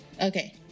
okay